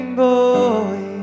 boy